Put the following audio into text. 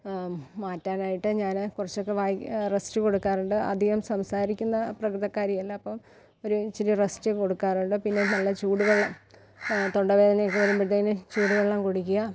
മാറ്റാനായിട്ട് ഞാന് കുറച്ചൊക്കെ വായ്ക്ക് റെസ്റ്റ് കൊടുക്കാറുണ്ട് അധികം സംസാരിക്കുന്ന പ്രകൃതക്കാരിയല്ല അപ്പോള് ഒരു ഇച്ചിരി റെസ്റ്റ് കൊടുക്കാറുണ്ട് പിന്നെ നല്ല ചൂടുവെള്ളം തൊണ്ടവേദനയൊക്കെ വരുമ്പോഴ്ത്തേന് ചൂട് വെള്ളം കുടിക്കുക